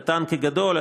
קטן כגדול,